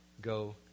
go